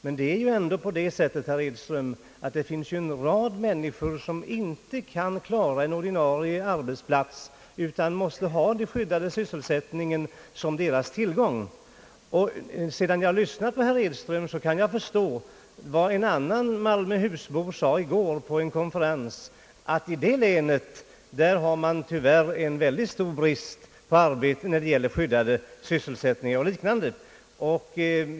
Men det är ändå på det sättet, herr Edström, att det finns en rad människor som inte kan klara arbetet på en ordinarie arbetsplats utan måste ha tillgång till skyddad sysselsättning. Sedan jag lyssnat till herr Edström kan jag förstå vad en annan malmöhusbo sade i går vid en konferens, nämligen att i hans län har man tyvärr stor brist på skyddade sysselsättningar och liknande.